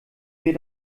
mir